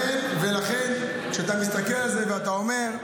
ולכן, כשאתה מסתכל על זה ואתה אומר: